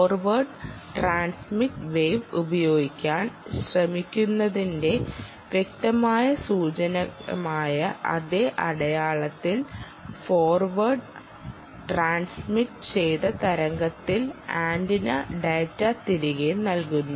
forward transmit wave ഉപയോഗിക്കാൻ ശ്രമിക്കുന്നതിന്റെ വ്യക്തമായ സൂചകമായ അതേ അടയാളത്തിൽ ഫോർവേർഡ് ട്രാൻസ്മിറ്റ് ചെയ്ത തരംഗത്തിൽ അതിന്റെ ഡാറ്റ തിരികെ നൽകുന്നു